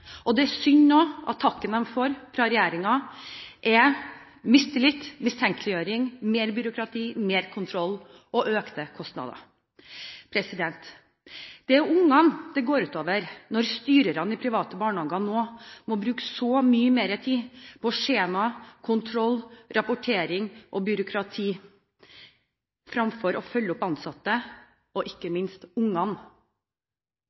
barnehageløftet. Det er synd at takken de nå får fra regjeringen, er mistillit, mistenkeliggjøring, mer byråkrati, mer kontroll og økte kostnader. Det er ungene det går ut over når styrerne i private barnehager nå må bruke så mye mer tid på skjemaer, kontroll, rapportering og byråkrati, fremfor å følge opp ansatte og ikke